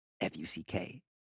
F-U-C-K